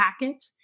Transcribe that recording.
packet